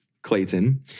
Clayton